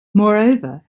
moreover